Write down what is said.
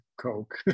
Coke